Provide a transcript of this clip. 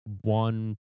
one